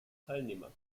teilnehmer